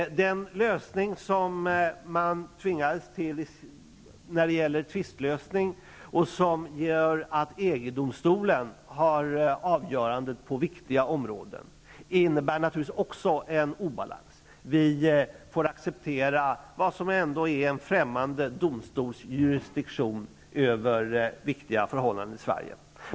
Den lösning som man tvingades till när det gäller tvistlösning, och som gör att EG-domstolen har avgörandet på viktiga områden, innebär naturligtvis också en obalans. Vi får acceptera det som ändå är en främmande domstols jurisdiktion över viktiga förhållanden i Sverige.